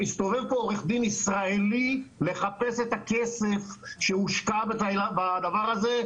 מסתובב פה עורך דין ישראלי לחפש את הכסף שהושקע בדבר הזה,